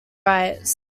riots